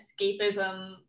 escapism